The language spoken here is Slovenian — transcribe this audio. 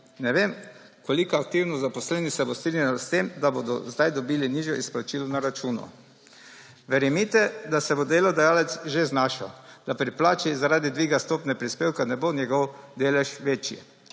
Ne vem, koliko aktivno zaposlenih se bo strinjalo s tem, da bodo zdaj dobili nižjo izplačilo na računu. Verjemite, da se bo delodajalec že znašel, da pri plači zaradi dviga stopnje prispevka ne bo njegov delež večji.